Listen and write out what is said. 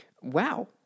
wow